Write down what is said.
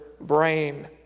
brain